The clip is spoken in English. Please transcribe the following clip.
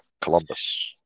Columbus